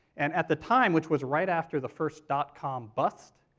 and at the time, which was right after the first dotcom bust,